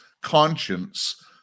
conscience